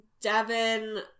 Devin